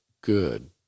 good